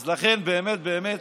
אז, לכן, באמת באמת,